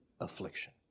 affliction